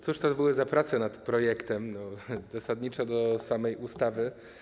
Cóż to by były za prace nad projektem zasadniczo do samej ustawy.